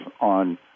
on